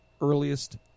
earliest